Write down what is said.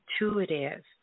intuitive